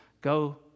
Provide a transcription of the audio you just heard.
go